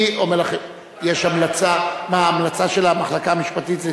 אני אומר לכם מה ההמלצה של המחלקה המשפטית.